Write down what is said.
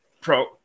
pro